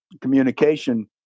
Communication